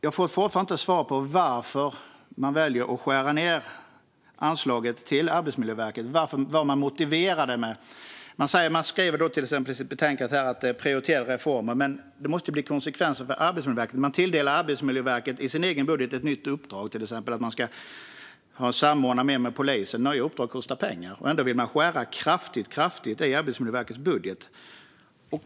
Jag har fortfarande inte fått svar på varför man väljer att skära ned anslaget till Arbetsmiljöverket och hur man motiverar detta. Man skriver till exempel i betänkandet att man prioriterar reformer, men det måste ju bli konsekvenser för Arbetsmiljöverket. I sin egen budget tilldelar man Arbetsmiljöverket ett nytt uppdrag att samordna mer med polisen. Nya uppdrag kostar pengar, men ändå vill man skära kraftigt i Arbetsmiljöverkets budget.